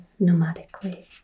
nomadically